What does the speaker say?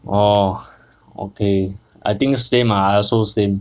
orh okay I think stay lah I also same